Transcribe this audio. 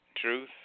truth